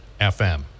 FM